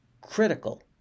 critical